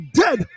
dead